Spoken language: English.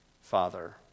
Father